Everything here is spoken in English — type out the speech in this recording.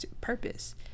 purpose